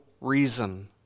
reason